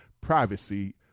privacy